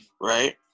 Right